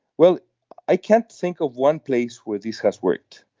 well i can't think of one place where this has worked.